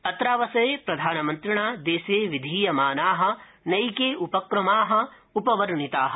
अत्रावसरे प्रधानमन्त्रिणा देशे विधीयमाना नक्कीउपक्रमा उपवर्णिता